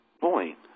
point